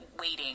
waiting